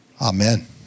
amen